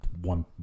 one